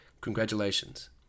congratulations